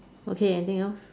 okay anything else